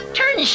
turn